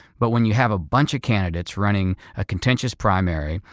but when you have a bunch of candidates running a contentious primary,